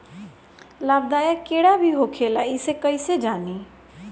लाभदायक कीड़ा भी होखेला इसे कईसे जानी?